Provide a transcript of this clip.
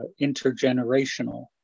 intergenerational